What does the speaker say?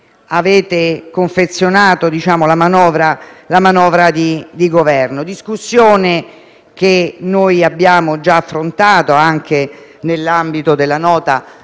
avete confezionato la manovra di Governo. È una discussione che abbiamo già affrontato nell'ambito della Nota